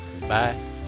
Bye